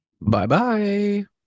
Bye-bye